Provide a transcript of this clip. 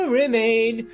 remain